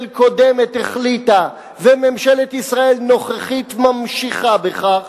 קודמת החליטה וממשלת ישראל הנוכחית ממשיכה בכך